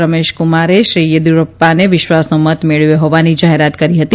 રમેશકુમારે શ્રી વેદીયુરપ્પાએ વિશ્વાસનો મત મેળવ્યો હોવાની જાહેરાત કરી હતી